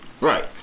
Right